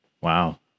Wow